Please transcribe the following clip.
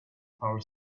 power